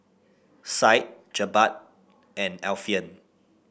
Syed Jebat and Alfian